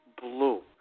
blue